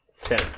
Ten